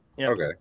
okay